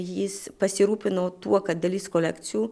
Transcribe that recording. jis pasirūpino tuo kad dalis kolekcijų